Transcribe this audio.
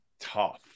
tough